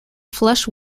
flush